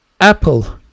apple